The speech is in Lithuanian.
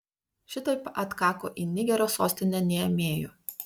šitaip atkako į nigerio sostinę niamėjų